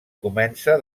comença